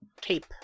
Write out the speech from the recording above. tape